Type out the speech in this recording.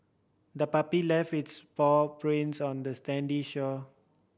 the puppy left its paw prints on the stand shore